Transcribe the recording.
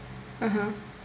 (uh huh)